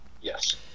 Yes